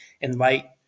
invite